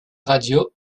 radio